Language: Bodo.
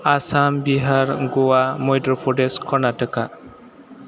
आसाम बिहार ग'वा मध्य प्रदेश कर्नाटका